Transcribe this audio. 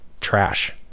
trash